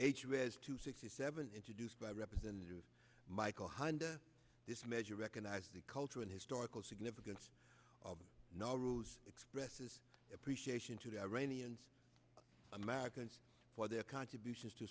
as to sixty seven introduced by representative michael hind this measure recognize the cultural and historical significance of naruse expresses appreciation to the iranian americans for their contributions to